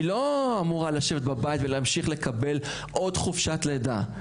היא לא אמורה לשבת בבית ולהמשיך לקבל עוד חופשת לידה.